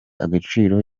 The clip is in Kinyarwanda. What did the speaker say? agaciro